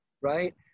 right